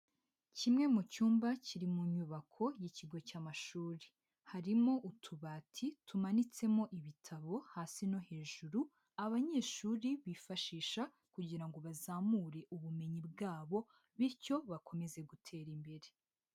Kimwe mu cyumba kiri mu nyubako y'ikigo cy'amashuri, harimo utubati tumanitsemo ibitabo hasi no hejuru, abanyeshuri bifashisha kugira ngo bazamure ubumenyi bwabo bityo bakomeze gutera imbere.